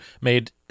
made